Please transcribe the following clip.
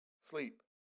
sleep